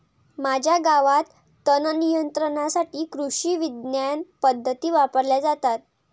माझ्या गावात तणनियंत्रणासाठी कृषिविज्ञान पद्धती वापरल्या जातात